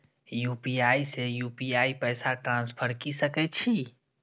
UPI से UPI पैसा transfer की सके छी?